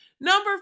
Number